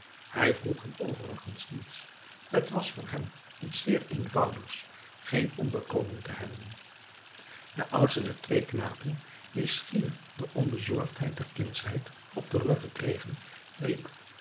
hij vroeg hun overigens niets t was voor hem iets zeer eenvoudigs geen onderkomen te hebben de oudste der twee knapen die schier de onbezorgdheid der kindsheid had teruggekregen riep